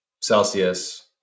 Celsius